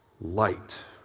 light